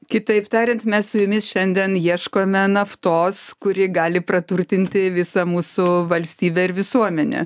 kitaip tariant mes su jumis šiandien ieškome naftos kuri gali praturtinti visą mūsų valstybę ir visuomenę